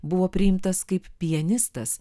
buvo priimtas kaip pianistas